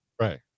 right